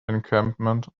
encampment